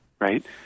Right